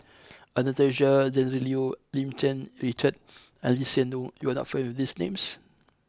Anastasia Tjendril Liew Lim Cherng Yih Richard and Lee Hsien Loong you are not familiar with these names